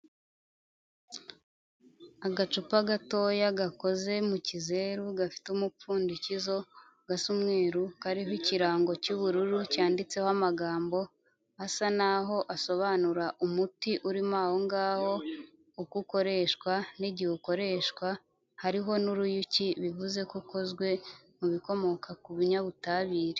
Agacupa gatoya gakoze mu kizeru gafite umupfundikizo gasa umweru, kariho ikirango cy'ubururu cyanditseho amagambo asa naho asobanura umuti urimo aho ngaho uko ukoreshwa n'igihe ukoreshwa, hariho n'uruyuki bivuze ko ukozwe mu bikomoka ku binyabutabire.